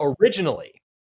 originally